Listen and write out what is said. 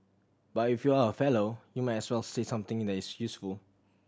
but if you are a Fellow you might as well say something that is useful